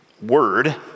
Word